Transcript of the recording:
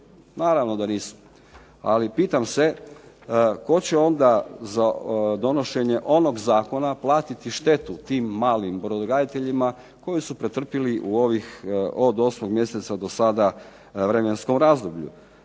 Naravno da nisu, ali pitam se tko će onda za donošenje onog Zakona platiti štetu tim malim brodograditeljima koji su pretrpjeli od 8. mjeseca do sada vremenskom razdoblju.